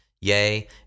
Yea